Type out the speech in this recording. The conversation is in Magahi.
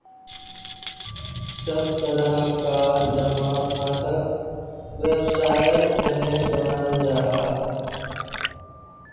सब तरह कार जमा खाताक वैवसायेर तने बनाल जाहा